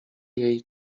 jej